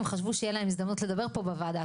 חשבו שתהיה להם הזדמנות לדבר פה בוועדה.